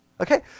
Okay